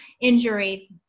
injury